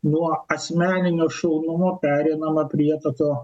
nuo asmeninio šaunumo pereinama prie tokio